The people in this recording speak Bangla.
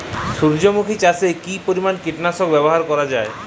সূর্যমুখি চাষে কি পরিমান কীটনাশক ব্যবহার করা যায়?